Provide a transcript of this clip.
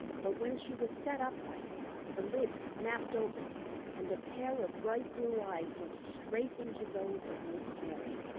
but when she was set upright the lids snapped open and a pair of bright blue eyes looked straight into those of miss terry.